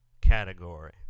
category